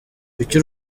icyo